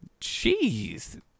Jeez